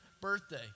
birthday